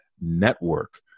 Network